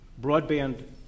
broadband